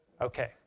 Okay